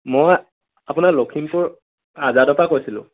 মই আপোনাৰ লখিমপুৰ আজাদৰপৰা কৈছিলোঁ